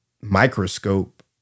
microscope